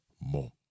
more